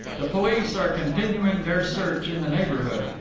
the police are continuing their search in the neighbourhood,